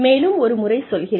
மேலும் ஒரு முறை சொல்கிறேன்